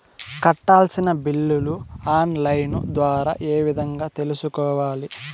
కట్టాల్సిన బిల్లులు online ద్వారా ఏ విధంగా తెలుసుకోవాలి?